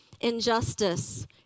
injustice